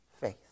faith